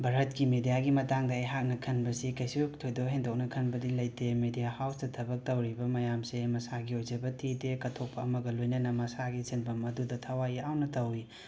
ꯚꯥꯔꯠꯀꯤ ꯃꯤꯗ꯭ꯌꯥꯒꯤ ꯃꯇꯥꯡꯗ ꯑꯩꯍꯥꯛꯅ ꯈꯟꯕꯁꯤ ꯀꯩꯁꯨ ꯊꯣꯏꯗꯣꯛ ꯍꯦꯟꯗꯣꯛꯅ ꯈꯟꯕꯗꯤ ꯂꯩꯇꯦ ꯃꯤꯗ꯭ꯌꯥ ꯍꯥꯎꯁꯇ ꯊꯕꯛ ꯇꯧꯔꯤꯕ ꯃꯌꯥꯝꯁꯦ ꯃꯁꯥꯒꯤ ꯑꯣꯏꯖꯕ ꯊꯤꯗꯦ ꯀꯠꯊꯣꯛꯄ ꯑꯃꯒ ꯂꯣꯏꯅꯅ ꯃꯁꯥꯒꯤ ꯁꯤꯟꯐꯝ ꯑꯗꯨꯗ ꯊꯋꯥꯏ ꯌꯥꯎꯅ ꯇꯧꯏ